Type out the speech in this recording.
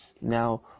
Now